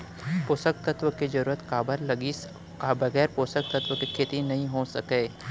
पोसक तत्व के जरूरत काबर लगिस, का बगैर पोसक तत्व के खेती नही हो सके?